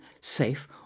safe